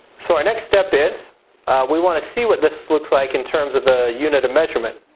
so our next step is we want to see what this looks like in terms of a unit of measurement.